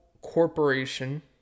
corporation